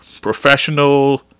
professional